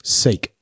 seek